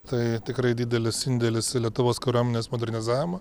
tai tikrai didelis indėlis į lietuvos kariuomenės modernizavimą